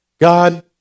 God